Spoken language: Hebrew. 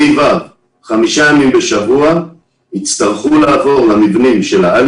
ה'-ו' 5 ימים בשוע יצטרכו לעבור למבנים של העל